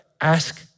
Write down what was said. ask